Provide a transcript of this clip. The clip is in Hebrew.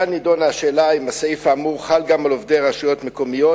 כאן נדונה השאלה אם הסעיף האמור חל גם על עובדי רשויות מקומיות,